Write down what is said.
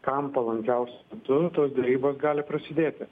kam palankiausiu būdu tos derybos gali prasidėti